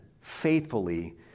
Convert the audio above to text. faithfully